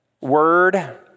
word